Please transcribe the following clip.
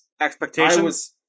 Expectations